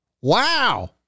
Wow